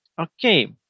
okay